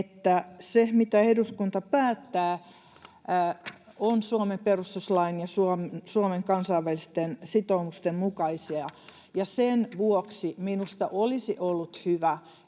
että se, mitä eduskunta päättää, on Suomen perustuslain ja Suomen kansainvälisten sitoumusten mukaista. Sen vuoksi minusta olisi ollut hyvä,